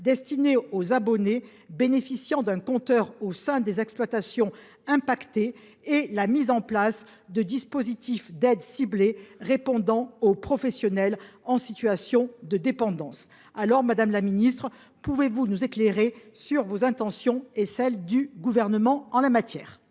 destinées aux abonnés bénéficiant d’un compteur au sein des exploitations fortement touchées et la mise en place de dispositifs d’aide ciblés répondant aux professionnels en situation de dépendance. Pouvez vous nous éclairer sur vos intentions et sur celles du Gouvernement en la matière ?